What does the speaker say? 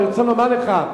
אני רוצה לומר לך: